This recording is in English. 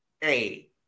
Hey